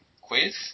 quiz